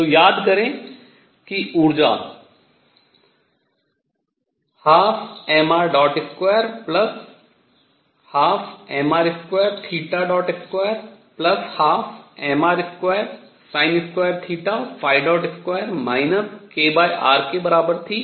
तो याद करें कि ऊर्जा 12mr212mr2212mr22 kr के बराबर थी